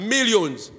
Millions